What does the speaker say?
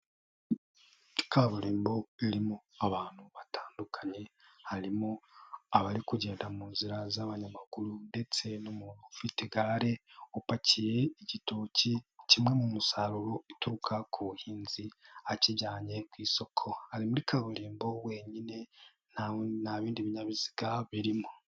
Kaburimbo irimo abantu batandukanye, harimo abari kugenda mu nzira z'abanyamaguru ndetse n'umuntu ufite igare upakiye igitoki, kimwe mu musaruro uturuka ku buhinzi, akijyanye ku isoko ari muri kaburimbo wenyine nta bindi binyabiziga birimo.